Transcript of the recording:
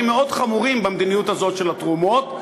מאוד חמורים במדיניות הזאת של התרומות.